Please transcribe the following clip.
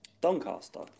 Doncaster